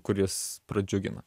kuris pradžiugina